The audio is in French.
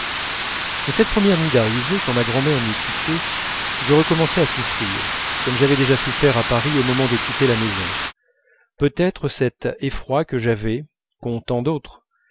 mais cette première nuit d'arrivée quand ma grand'mère m'eût quitté je recommençai à souffrir comme j'avais déjà souffert à paris au moment de quitter la maison peut-être cet effroi que j'avais qu'ont tant d'autres